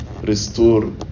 restore